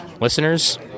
listeners